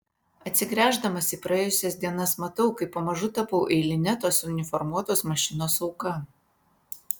atsigręždamas į praėjusias dienas matau kaip pamažu tapau eiline tos uniformuotos mašinos auka